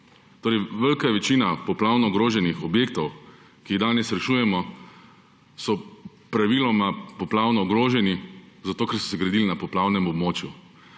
Torej, velika večina poplavno ogroženih objektov, ki jih danes rešujemo, so praviloma poplavno ogroženi, zato ker so se gradili na poplavnem območju.